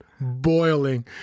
boiling